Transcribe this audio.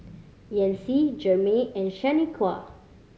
Yancy Jermey and Shaniqua